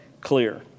clear